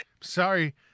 Sorry